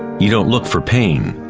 you don't look for pain,